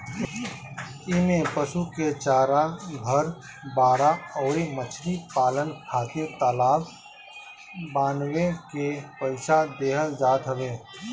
इमें पशु के चारा, घर, बाड़ा अउरी मछरी पालन खातिर तालाब बानवे के पईसा देहल जात हवे